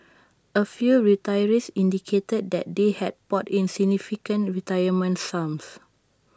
A few retirees indicated that they had poured in significant retirement sums